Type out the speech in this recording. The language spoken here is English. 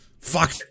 Fuck